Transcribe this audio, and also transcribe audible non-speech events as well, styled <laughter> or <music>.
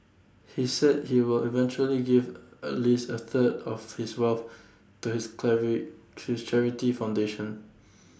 he said he will eventually give at least A third of his wealth to his <unintelligible> charity foundation